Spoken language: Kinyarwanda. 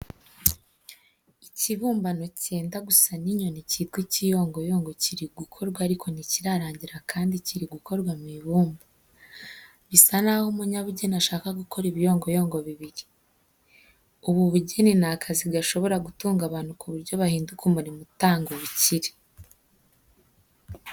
Ikibumbano cyenda gusa n'inyoni yitwa ikiyongoyongo kiri gukorwa ariko ntikirarangira kandi kiri gukorwa mu ibumba. Bisa naho umunyabugeni ashaka gukora ibiyongoyongo bibiri. Ubu bugeni ni akazi gashobora gutunga abantu ku buryo bahinduka umurimo utanga ubukire.